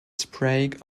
sprague